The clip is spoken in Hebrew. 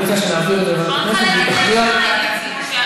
אז אני מציע שנעביר את זה לוועדת הכנסת,